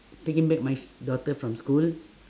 taking back my s~ daughter from school